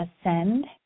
ascend